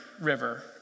River